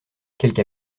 quelque